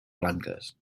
blanques